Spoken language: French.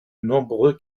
nombreux